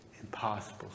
impossible